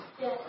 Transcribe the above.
Yes